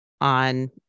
on